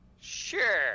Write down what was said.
Sure